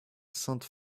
sainte